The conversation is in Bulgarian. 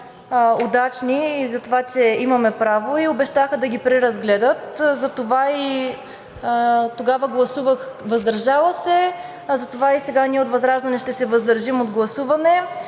удачни затова, че имаме право и обещаха да ги преразгледат. Затова тогава гласувах „въздържал се“ и затова сега ние от ВЪЗРАЖДАНЕ ще се въздържим от гласуване,